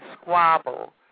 squabble